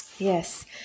Yes